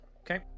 Okay